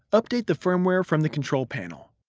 update the firmware from the control panel.